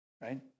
right